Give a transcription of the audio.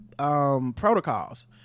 Protocols